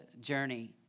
journey